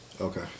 Okay